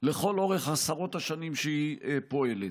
לכל אורך עשרות השנים שהיא פועלת,